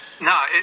No